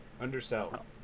Undersell